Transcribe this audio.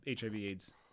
HIV-AIDS